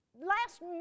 last